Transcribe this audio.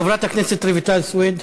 חברת הכנסת רויטל סויד,